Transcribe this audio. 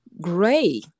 gray